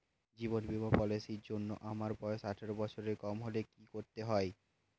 জীবন বীমা পলিসি র জন্যে আমার বয়স আঠারো বছরের কম হলে কি করতে হয়?